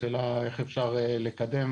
השאלה איך אפשר לקדם